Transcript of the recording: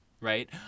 right